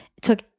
took